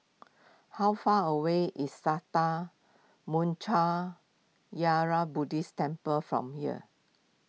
how far away is Sattha Buddhist Temple from here